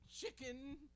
chicken